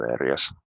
areas